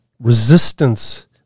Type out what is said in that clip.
resistance